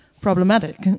problematic